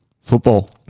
football